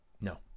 No